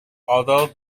although